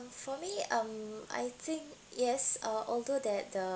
for me um I think yes uh although that the